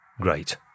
Great